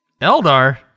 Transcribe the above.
Eldar